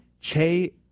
Che